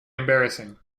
embarrassing